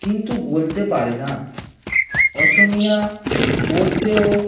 কিন্তু বলতে পারে না অসমিয়া পড়তেও